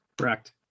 Correct